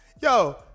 Yo